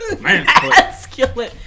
Masculine